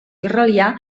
israelià